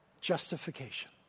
Justification